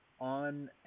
on